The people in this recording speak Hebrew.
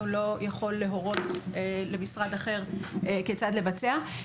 לא יכול להורות למשרד אחר כיצד לבצע.